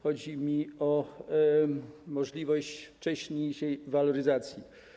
Chodzi mi o możliwość wcześniejszej waloryzacji.